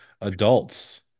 adults